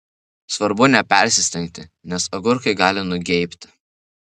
svarbu nepersistengti nes agurkai gali nugeibti